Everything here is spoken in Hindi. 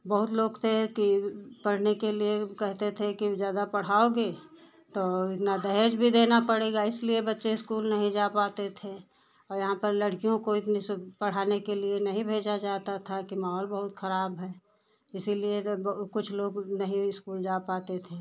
बहुत लोग थे कि पढ़ने के लिए कहते थे कि ज़्यादा पढ़ाओगे तो इतना दहेज भी देना पड़ेगा इसलिए बच्चे स्कूल नहीं जा पाते थे और यहाँ पर लड़कियों को इतनी सब पढ़ाने के लिए नहीं भेजा जाता था कि माहौल बहुत खराब है इसीलिए कुछ लोग स्कूल नहीं जा पाते थे